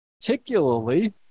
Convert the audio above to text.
particularly